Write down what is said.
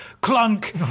clunk